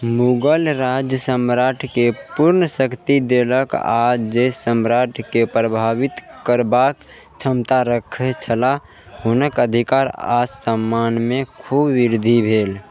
मुगल राज्य सम्राटके पूर्ण शक्ति देलक आ जे सम्राटके प्रभावित करबाक क्षमता रखै छलाह हुनक अधिकार आ सम्मानमे खूब वृद्धि भेल